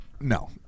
No